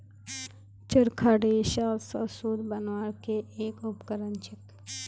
चरखा रेशा स सूत बनवार के एक उपकरण छेक